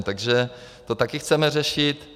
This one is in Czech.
Takže to také chceme řešit.